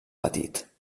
petit